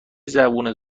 زبونت